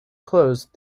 closed